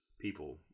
people